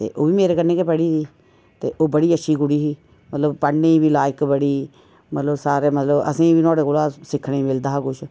ते ओह् बी मेरे कन्नै गै पढ़ी दी ते ओह् बड़ी अच्छी कुड़ी ही मतलब पढने बी लायक बड़ी ही मतलब सारे मतलब असेंगी बी नुहाड़े कोला सिक्खने गी मिलदा हा कुछ